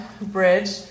bridge